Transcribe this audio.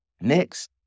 Next